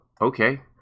okay